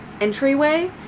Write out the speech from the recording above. entryway